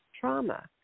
trauma